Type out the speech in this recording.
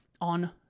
on